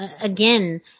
again